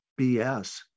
BS